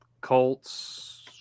Colts